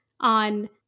on